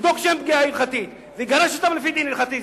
יבדוק שאין פגיעה הלכתית ויגרש אותם לפי דין הלכתי?